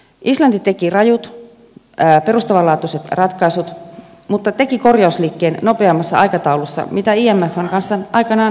islanti teki rajut perustavanlaatuiset ratkaisut mutta teki korjausliikkeen nopeammassa aikataulussa kuin imfn kanssa aikanaan sovittiin